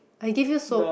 I give you soap